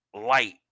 light